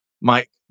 Mike